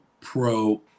Pro